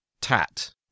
tat